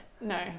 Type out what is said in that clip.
No